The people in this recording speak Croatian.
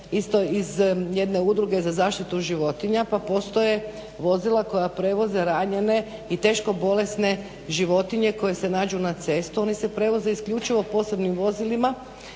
isto iz jedne udruge za zaštitu životinja pa postoje vozila koja prevoze ranjene i teško bolesne životinje koje se nađu na cesti. Oni se prevoze isključivo posebnim vozilima